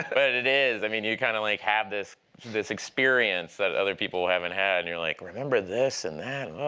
but it it is, i mean, you kind of like have this this experience that other people haven't had, and you're like, remember this and that?